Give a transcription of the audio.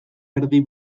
erdi